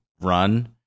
run